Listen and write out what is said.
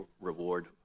reward